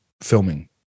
filming